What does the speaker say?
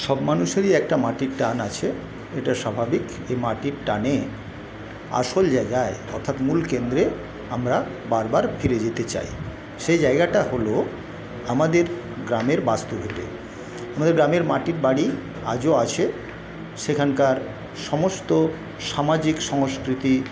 সব মানুষেরই একটা মাটির টান আছে এটা স্বাভাবিক এই মাটির টানে আসল জায়গায় অর্থাৎ মূল কেন্দ্রে আমরা বারবার ফিরে যেতে চাই সেই জায়গাটা হল আমাদের গ্রামের বাস্তুভিটে আমাদের গ্রামে মাটির বাড়ি আজও আছে সেখানকার সমস্ত সামাজিক সংস্কৃতি